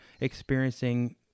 experiencing